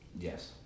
Yes